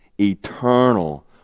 eternal